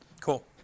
Cool